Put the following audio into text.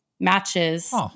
matches